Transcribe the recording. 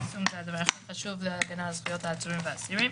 היישום זה הדבר הכי חשוב להגנה על זכויות העצורים והאסירים.